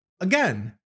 again